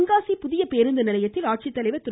தென்காசி புதிய பேருந்து நிலையத்தில் ஆட்சித்தலைவர் திரு